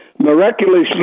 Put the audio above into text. Miraculously